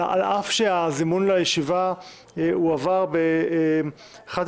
על אף שהזימון לישיבה הועבר בשעה